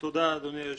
תודה, אדוני היושב-ראש.